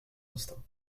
instant